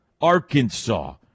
Arkansas